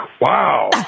wow